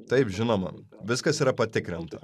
taip žinoma viskas yra patikrinta